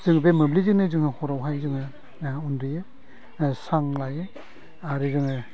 जोङो बे मोब्लितजोंनो जोङो हरावहाय जोङो उन्दुयो स्रां लायो आरो जोङो